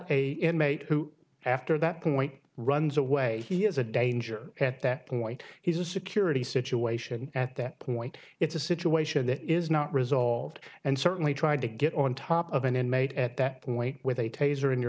got a inmate who after that point runs away he is a danger at that point he's a security situation at that point it's a situation that is not resolved and certainly tried to get on top of an inmate at that point with a taser in your